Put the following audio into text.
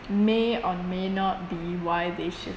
may or may not be why they shift